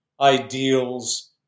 ideals